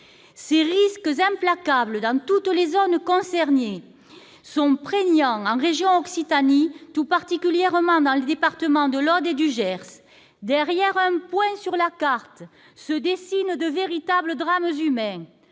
Ces risques implacables dans toutes les zones concernées sont prégnants en région Occitanie, tout particulièrement dans les départements de l'Aude et du Gers. Derrière un point sur la carte se dessinent de véritables drames humains.